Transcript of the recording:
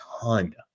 ton